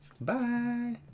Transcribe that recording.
bye